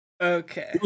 Okay